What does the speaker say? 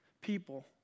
people